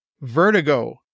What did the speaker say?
Vertigo